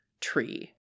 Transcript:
tree